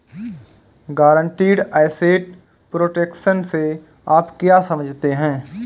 Guaranteed asset protection से आप क्या समझते हैं?